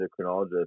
endocrinologist